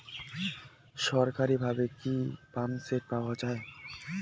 সরকারিভাবে কি পাম্পসেট পাওয়া যায়?